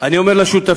אני אומר לשותפים,